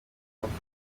urupfu